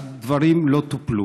הדברים לא טופלו.